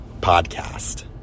podcast